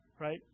Right